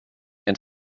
and